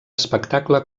espectacle